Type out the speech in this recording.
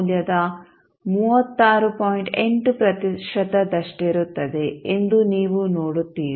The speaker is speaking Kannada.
8 ಪ್ರತಿಶತದಷ್ಟಿರುತ್ತದೆ ಎಂದು ನೀವು ನೋಡುತ್ತೀರಿ